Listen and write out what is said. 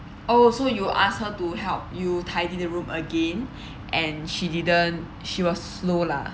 oh so you ask her to help you tidy the room again and she didn't she was slow lah